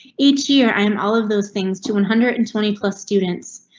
each year i am all of those things to one hundred and twenty plus students.